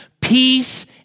Peace